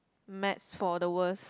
maths for the worst